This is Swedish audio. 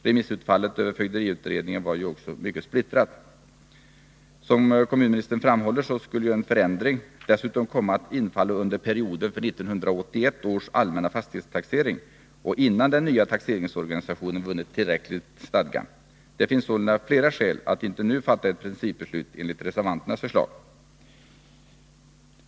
Remissutfallet beträffande fögderiutredningen var ju också mycket splittrat. Som kommunministern framhåller skulle en förändring dessutom komma att infalla under perioden för 1981 års allmänna fastighetstaxering och innan den nya taxeringsorganisationen vunnit tillräcklig stadga. Det finns sålunda flera skäl att inte nu fatta ett principbeslut enligt reservanternas förslag.